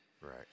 Right